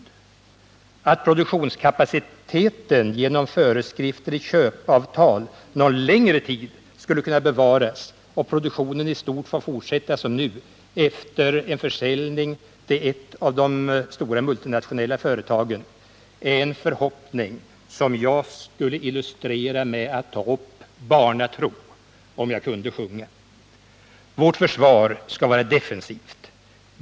Hur jag ser på förhoppningen att produktionskapaciteten genom föreskrifter i köpavtal någon längre tid skulle bevaras och produktionen i stort få fortsätta som nu efter en försäljning till ett av de stora multinationella företagen skulle jag kunna illustrera med att ta upp ”Barnatro” — om jag kunde sjunga. Vårt försvar skall vara defensivt.